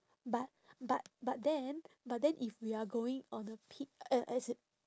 but but but then but then if we are going on the peak uh as in